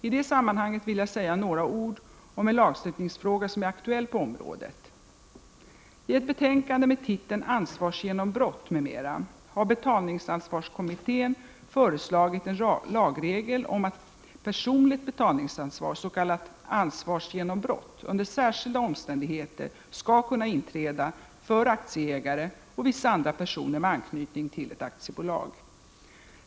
I det sammanhanget vill jag säga några ord om en lagstiftningsfråga som är aktuell på området. svarskommittén föreslagit en lagregel om att personligt betalningsansvar under särskilda omständigheter skall kunna inträda för aktieägare och vissa andra personer med anknytning till ett aktiebolag.